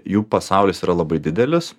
jų pasaulis yra labai didelis